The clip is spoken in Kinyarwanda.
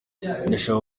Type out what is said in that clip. ndashaka